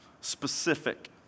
specific